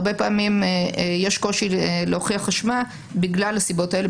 הרבה פעמים יש קושי להוכיח אשמה בגלל הסיבות האלו,